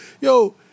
yo